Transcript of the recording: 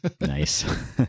nice